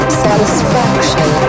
satisfaction